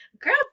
girl